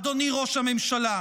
אדוני ראש הממשלה,